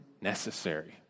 necessary